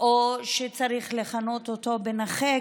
או שצריך לכנות אותו "נכה".